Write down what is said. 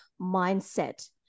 mindset